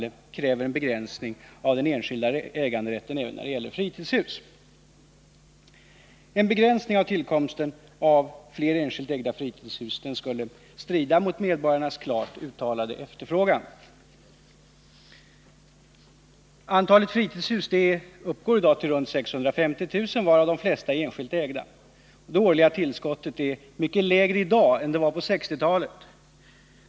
En begränsning i tillkomsten av fler enskilt ägda fritidshus skulle strida mot medborgarnas klart uttalade efterfrågan. Antalet fritidshus uppgår i dag till runt 650 000 av vilka de flesta är enskilt ägda. Det årliga tillskottet är dock mycket lägre i dag än på 1960-talet.